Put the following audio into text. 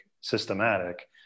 systematic